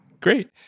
Great